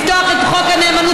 לפתוח את חוק הנאמנות,